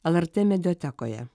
lrt mediatekoje